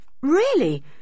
Really